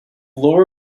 lower